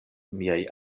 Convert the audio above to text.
miaj